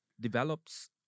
develops